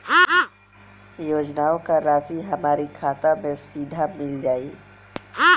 योजनाओं का राशि हमारी खाता मे सीधा मिल जाई?